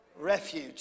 refuge